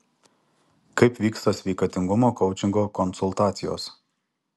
kaip vyksta sveikatingumo koučingo konsultacijos